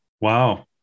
Wow